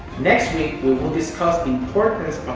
next week we will discuss the importance